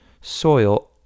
soil